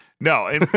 no